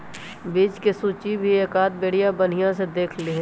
बीज के सूचियो भी एकाद बेरिया बनिहा से देख लीहे